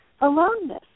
aloneness